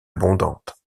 abondante